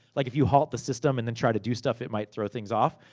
like, if you halt the system, and then try to do stuff, it might throw things off.